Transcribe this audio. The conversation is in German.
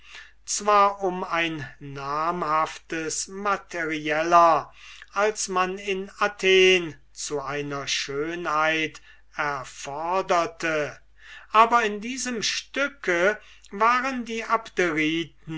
zwar um ein namhaftes materieller als man in athen zu einer schönheit erfoderte aber in diesem stücke waren die